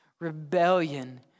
rebellion